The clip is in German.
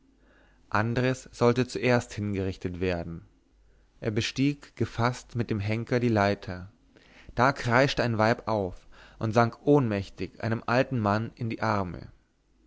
andres sollte zuerst hingerichtet werden er bestieg gefaßt mit dem henker die leiter da kreischte ein weib auf und sank ohnmächtig einem alten mann in die arme